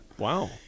Wow